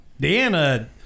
Deanna